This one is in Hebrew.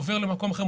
עובר למקום אחר,